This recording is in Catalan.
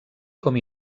com